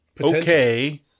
Okay